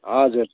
हजुर